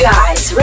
Guys